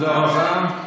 ממשלה מנותקת,